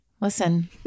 Listen